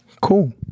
Cool